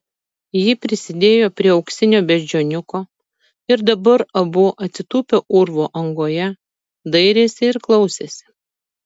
ji prisidėjo prie auksinio beždžioniuko ir dabar abu atsitūpę urvo angoje dairėsi ir klausėsi